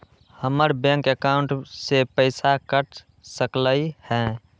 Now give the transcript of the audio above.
हमर bank account से पैसा कट सकलइ ह?